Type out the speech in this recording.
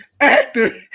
actor